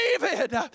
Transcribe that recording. David